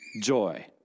joy